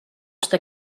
està